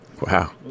Wow